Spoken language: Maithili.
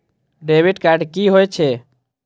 डेबिट कार्ड की होय छे?